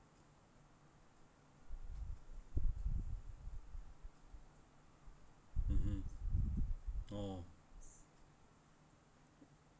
(uh huh) oh